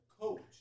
coach